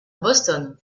boston